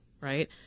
right